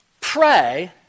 pray